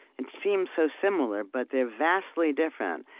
it seems so similar, but they're vastly different.